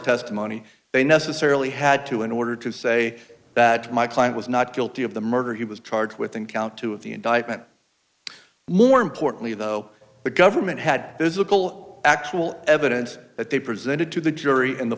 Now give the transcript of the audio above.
testimony they necessarily had to in order to say that my client was not guilty of the murder he was charged with in count two of the indictment more importantly though the government had physical actual evidence that they presented to the jury in the